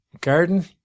Garden